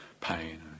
pain